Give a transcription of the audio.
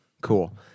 Cool